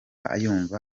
yumva